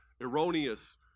erroneous